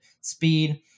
speed